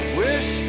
wish